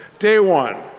day one.